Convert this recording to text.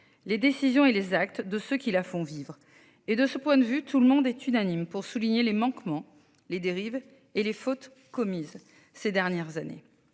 les décisions et les actes de ceux qui la font vivre et de ce point de vue, tout le monde est unanime pour souligner les manquements les dérives et les fautes commises ces dernières années.